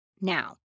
Now